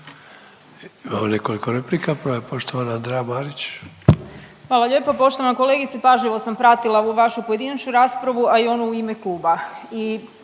Imamo nekoliko replika, prva je poštovana Andreja Marić. **Marić, Andreja (SDP)** Hvala lijepo. Poštovana kolegice, pažljivo sam pratila ovu vašu pojedinačnu raspravu, a i onu u ime kluba